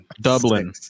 Dublin